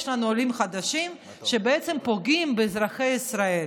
יש לנו עולים חדשים שבעצם פוגעים באזרחי ישראל.